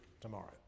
tomorrow